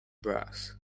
brass